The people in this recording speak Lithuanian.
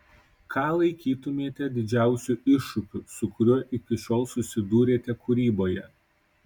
ką laikytumėte didžiausiu iššūkiu su kuriuo iki šiol susidūrėte kūryboje